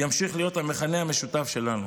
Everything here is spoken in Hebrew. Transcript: ימשיך להיות המכנה המשותף שלנו.